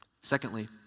Secondly